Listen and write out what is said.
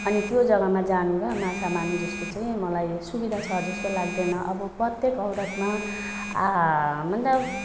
अनि त्यो जग्गामा जानु र माछा मार्नु जस्तो चाहिँ मलाई सुविधा छ जस्तो लाग्दैन अब प्रतेक औरतमा आ हामीलाई